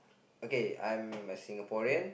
okay I'm a Singaporean